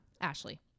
Ashley